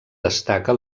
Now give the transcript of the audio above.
destaca